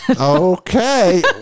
Okay